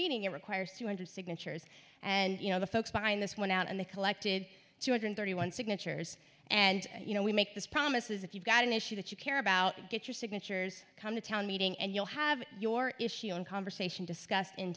meeting it requires two hundred signatures and you know the folks behind this went out and they collected two hundred thirty one signatures and you know we make this promise is if you've got an issue that you care about get your signatures come to town meeting and you'll have your issue and conversation discussed in